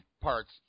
parts